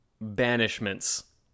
banishments